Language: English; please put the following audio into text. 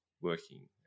working